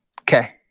Okay